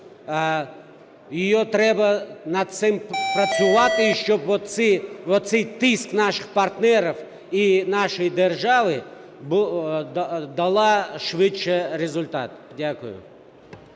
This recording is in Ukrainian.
треба над цим працювати, щоб оцей тиск наших партнерів і нашої держави дав швидше результат. Дякую.